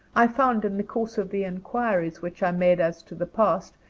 i found, in the course of the inquiries which i made as to the past,